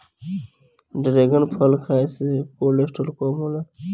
dragon फल खाए से कोलेस्ट्राल कम होला